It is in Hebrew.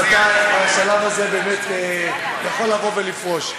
אז אתה בשלב הזה באמת יכול לבוא ולפרוש.